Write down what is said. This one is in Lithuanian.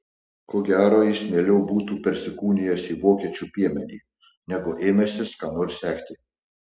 ko gero jis mieliau būtų persikūnijęs į vokiečių piemenį negu ėmęsis ką nors sekti